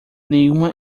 nenhuma